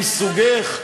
מסוגך,